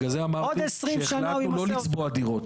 בגלל זה אמרתי שהחלטנו לא לצבוע דירות.